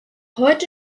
heute